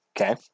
Okay